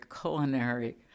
culinary